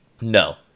No